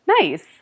Nice